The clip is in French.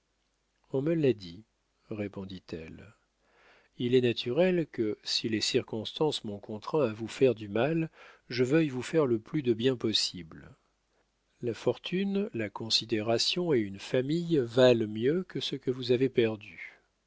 on me l'a dit répondit-elle il est naturel que si les circonstances m'ont contraint à vous faire du mal je veuille vous faire le plus de bien possible la fortune la considération et une famille valent mieux que ce que vous avez perdu